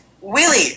Willie